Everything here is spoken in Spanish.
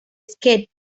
sketch